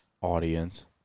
audience